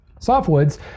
Softwoods